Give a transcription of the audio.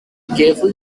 carefully